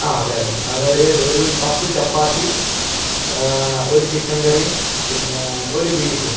ആ അതെ അതെ അതെ ഒരു ഒരു പത്ത് ചപ്പാത്തിയും ഒരു ചിക്കൻ കറിയും പിന്നെ ഒരു ബീഫും